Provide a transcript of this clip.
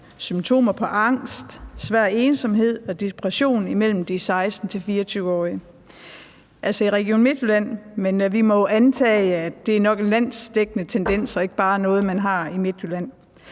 symptomer på angst, svær ensomhed og depression blandt de 16-24-årige. Det er i Region Midtjylland, men vi må jo antage, at det nok er en landsdækkende tendens og ikke bare noget, man har i Midtjylland.